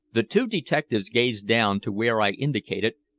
the two detectives gazed down to where i indicated,